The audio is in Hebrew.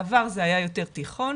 בעבר זה היה יותר תיכון.